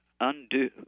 undo